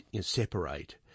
separate